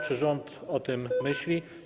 Czy rząd o tym myśli?